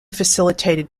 facilitated